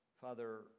Father